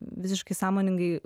visiškai sąmoningai